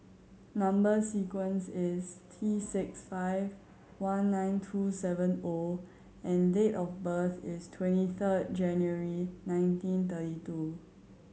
number sequence is T six five one nine two seven O and date of birth is twenty third January nineteen thirty two